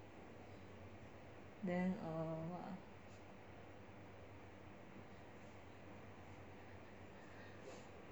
then err what ah